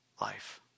life